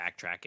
backtracking